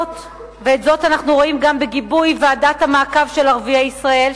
את זאת אנחנו רואים גם בגיבוי ועדת המעקב של ערביי ישראל,